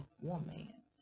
woman